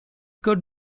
could